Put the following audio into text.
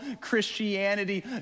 Christianity